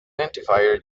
identifier